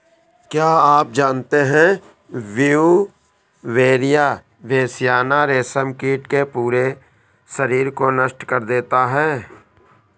क्या आप जानते है ब्यूवेरिया बेसियाना, रेशम कीट के पूरे शरीर को नष्ट कर देता है